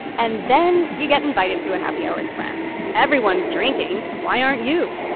and then you get invited to a happy hour with friends. everyone's drinking. why aren't you?